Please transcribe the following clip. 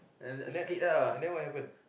and then and then what happen